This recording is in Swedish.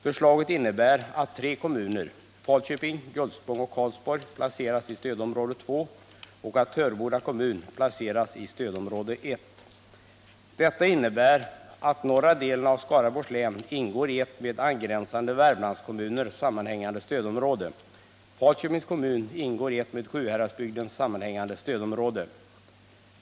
Förslaget innebär att tre kommuner — Falköping, Gullspång och Karlsborg — placeras i stödområde 2 och att Töreboda kommun placeras i stödområde 1. Detta innebär att norra delen av Skaraborgs län ingår i ett med angränsande Värmlandskommuner sammanhängande stödområde. Falköpings kommun ingår i ett med Sjuhäradsbygden sammanhängande stödområde.